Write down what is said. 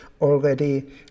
already